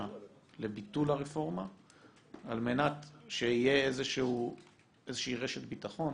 לביטול הרפורמה על מנת שתהיה רשת ביטחון